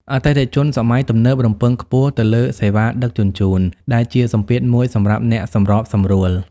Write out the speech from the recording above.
អតិថិជនសម័យទំនើបរំពឹងខ្ពស់ទៅលើសេវាដឹកជញ្ជូន ដែលជាសម្ពាធមួយសម្រាប់អ្នកសម្របសម្រួល។